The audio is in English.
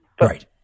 right